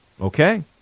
Okay